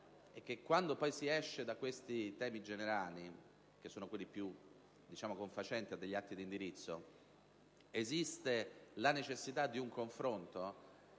Grazie,